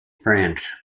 france